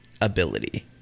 ability